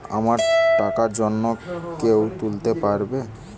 আমার টাকা অন্য কেউ তুলতে পারবে কি?